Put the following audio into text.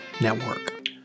Network